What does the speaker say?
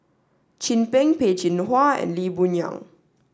Chin Peng Peh Chin Hua and Lee Boon Yang